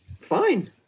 Fine